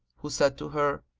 who said to her,